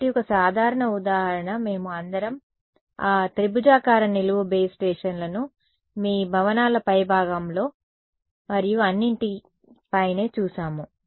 కాబట్టి ఒక సాధారణ ఉదాహరణ మేము అందరం ఆ త్రిభుజాకార నిలువు బేస్ స్టేషన్లను మీ భవనాల పైభాగంలో మరియు అన్నింటి పైనే చూశాము